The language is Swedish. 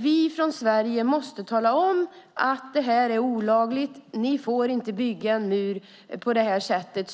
Vi i Sverige måste tala om att detta är olagligt och att de inte får bygga en mur på det här sättet